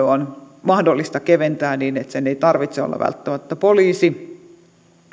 on mahdollista keventää niin että sen ei tarvitse olla välttämättä poliisi